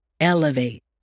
elevate